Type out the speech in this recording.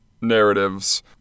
narratives